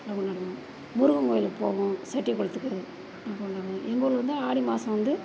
முருகன் கோவிலுக்கு போவோம் செட்டி குளத்துக்கு எல்லாம் கொண்டாட எங்கள் ஊருலேருந்து ஆடி மாதம் வந்து